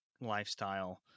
lifestyle